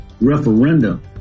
referendum